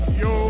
yo